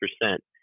percent